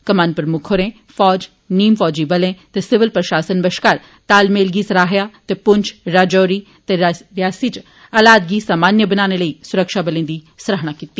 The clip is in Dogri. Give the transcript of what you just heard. कमान प्रमुक्ख होरें फौज नीम फौजी बलें ते सिविल प्रशासन बश्कार तालमेल गी सरहाया ते पुंछ राजौरी ते रियासी च हालात गी सामान्य बनाने लेई सुरक्षाबलें दी सौहरता कीती